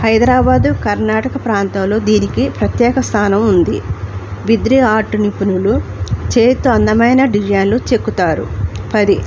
హైదరాబాదు కర్ణాటక ప్రాంతంలో దీనికి ప్రత్యేక స్థానం ఉంది బిద్రీ ఆర్ట్ నిపుణులు చేయితో అందమైన డిజైన్లు చెక్కుతారు పది